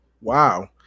Wow